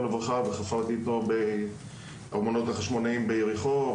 וחפרתי איתו בארמונות החשמונאים ביריחו,